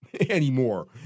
anymore